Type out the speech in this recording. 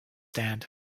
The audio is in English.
stand